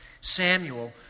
Samuel